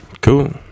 Cool